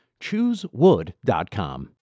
ChooseWood.com